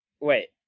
Wait